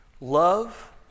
love